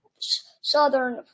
southern